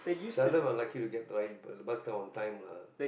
seldom unlucky to get dri~ but the bus come on time lah